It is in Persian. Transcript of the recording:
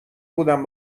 بودم